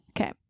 Okay